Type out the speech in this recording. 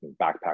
backpack